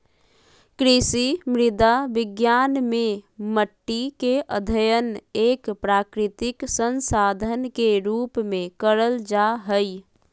कृषि मृदा विज्ञान मे मट्टी के अध्ययन एक प्राकृतिक संसाधन के रुप में करल जा हई